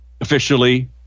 officially